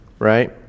right